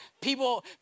people